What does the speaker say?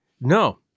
No